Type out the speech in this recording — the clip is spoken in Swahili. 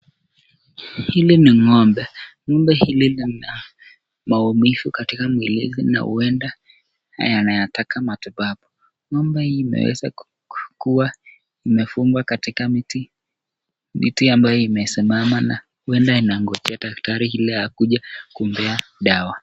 Hili ni ngombe, ngome hili lina maumivu katika mwilini na huenda yanataka matibabu, ngombe hii imeweza kuwa imefungwa katika miti, miti ambayo imesimama na huenda inangojea daktari ili akuje kumpea dawa.